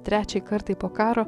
trečiai kartai po karo